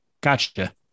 Gotcha